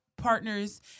partners